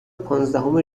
پانزدهم